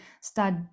start